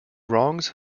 wrongs